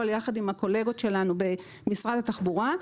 יחד עם הקולגות שלנו במשרד התחבורה,